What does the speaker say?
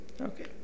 Okay